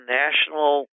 national